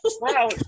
Wow